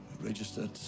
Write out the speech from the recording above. registered